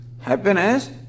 Happiness